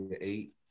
eight